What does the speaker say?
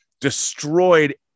destroyed